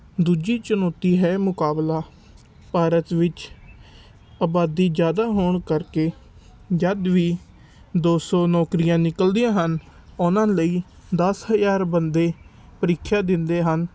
ਦੂਜੀ ਚੁਣੌਤੀ ਹੈ ਮੁਕਾਬਲਾ ਭਾਰਤ ਵਿੱਚ ਆਬਾਦੀ ਜ਼ਿਆਦਾ ਹੋਣ ਕਰਕੇ ਜਦੋਂ ਵੀ ਦੋ ਸੌ ਨੌਕਰੀਆਂ ਨਿਕਲਦੀਆਂ ਹਨ ਉਹਨਾਂ ਲਈ ਦਸ ਹਜ਼ਾਰ ਬੰਦੇ ਪ੍ਰੀਖਿਆ ਦਿੰਦੇ ਹਨ